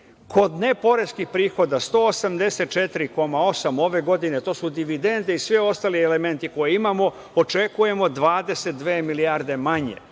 Kod neporeskih prihoda – 184,8 milijardi ove godine, to su dividende i svi ostali elementi koje imamo, očekujemo 22 milijarde manje,